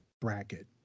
Bracket